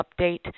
update